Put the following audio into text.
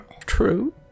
True